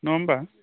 नङा होनबा